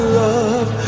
love